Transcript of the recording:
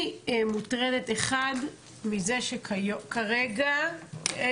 אני מוטרדת מזה שכרגע לי